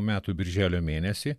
metų birželio mėnesį